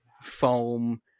foam